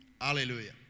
Hallelujah